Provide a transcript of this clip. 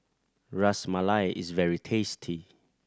Ras Malai is very tasty